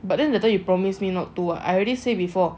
but then later you promise me not to uh I already say before